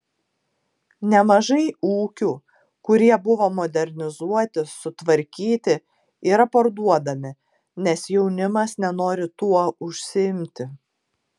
nemažai ūkių kurie buvo modernizuoti sutvarkyti yra parduodami nes jaunimas nenori tuo užsiimti